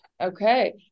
Okay